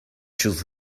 choose